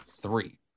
three